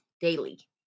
daily